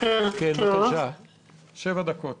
שבע דקות